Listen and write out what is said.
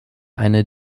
eine